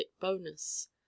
bonus